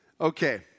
Okay